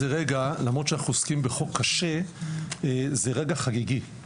אף על פי שאנחנו עוסקים בחוק קשה זה רגע חגיגי.